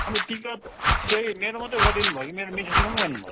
अनि त टिकट चाहिँ मेरो मात्रै गरिदिनुभयो कि मेरो मिसेसको पनि गर्नुभयो